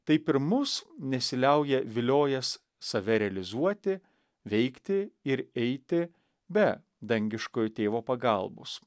taip ir mus nesiliauja viliojęs save realizuoti veikti ir eiti be dangiškojo tėvo pagalbos